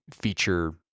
feature